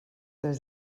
des